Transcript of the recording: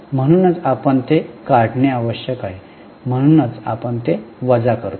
म्हणूनच आपण ते काढणे आवश्यक आहे म्हणूनच आपण ते वजा करतो